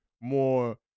more